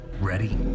Ready